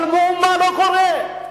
אבל מאומה לא קורה,